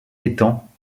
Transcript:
étangs